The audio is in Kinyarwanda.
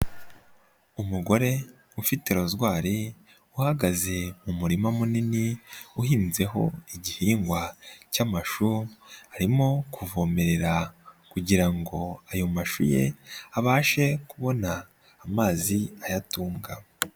Umugore ufite rozwari uhagaze mu murima munini uhinzeho igihingwa cy'amashu arimo kuvomerera kugira ngo ayo mashu ye abashe kubona amazi ayatunga.